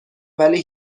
ولی